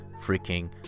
freaking